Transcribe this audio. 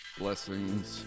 blessings